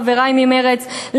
חברי ממרצ,